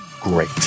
great